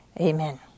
Amen